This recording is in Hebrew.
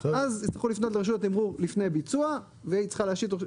אז יצטרכו לפנות לרשות התמרור לפני ביצוע והיא צריכה ---.